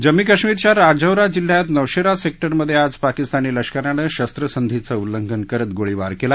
जम्मू काश्मिरच्या राजौरी जिल्ह्यात नौशरीसर्व्हिरमधीआज पाकिस्तानी लष्करानं शख संधी चं उल्लंघन करत गोळीबार कला